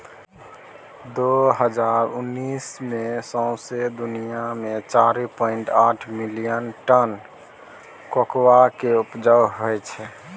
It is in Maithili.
दु हजार उन्नैस मे सौंसे दुनियाँ मे चारि पाइंट आठ मिलियन टन कोकोआ केँ उपजा होइ छै